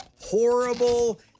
horrible